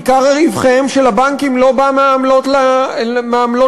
עיקר רווחיהם של הבנקים לא בא מהעמלות שלנו,